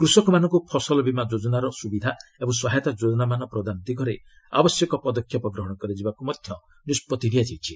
କୃଷକମାନଙ୍କୁ ଫସଲ ବୀମା ଯୋକନାର ସୁବିଧା ଓ ସହାୟତା ଯୋକନାମାନ ପ୍ରଦାନ ଦିଗରେ ଆବଶ୍ୟକ ପଦକ୍ଷେପ ଗ୍ରହଣ କରାଯିବାକୁ ମଧ୍ୟ ନିଷ୍ପଭି ନିଆଯାଇଛି